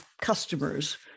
customers